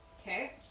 Okay